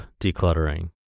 Decluttering